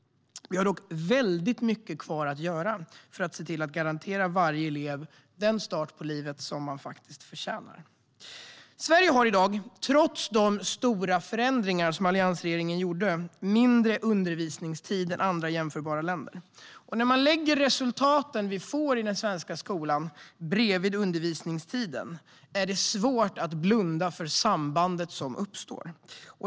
Vi har dock väldigt mycket kvar att göra för att se till att varje elev garanteras den start på livet man faktiskt förtjänar. Sverige har i dag, trots de stora förändringar som alliansregeringen gjorde, mindre undervisningstid än andra jämförbara länder. När man lägger resultaten vi får i den svenska skolan bredvid undervisningstiden är det svårt att blunda för det samband som uppstår.